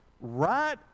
right